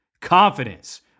Confidence